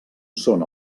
són